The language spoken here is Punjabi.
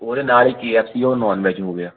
ਉਹਦੇ ਨਾਲ ਹੀ ਕੇਐਫਸੀ ਉਹ ਨੋਨ ਵੈਜ ਹੋ ਗਿਆ